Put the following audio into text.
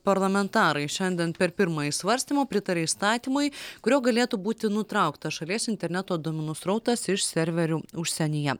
parlamentarai šiandien per pirmąjį svarstymą pritarė įstatymui kurio galėtų būti nutraukta šalies interneto duomenų srautas iš serverių užsienyje